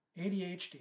ADHD